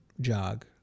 jog